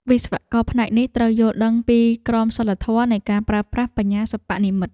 វិស្វករផ្នែកនេះត្រូវយល់ដឹងពីក្រមសីលធម៌នៃការប្រើប្រាស់បញ្ញាសិប្បនិម្មិត។